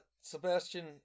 Sebastian